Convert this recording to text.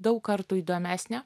daug kartų įdomesnė